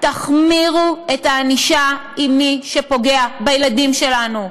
תחמירו את הענישה עם מי שפוגע בילדים שלנו.